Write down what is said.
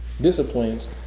disciplines